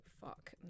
fuck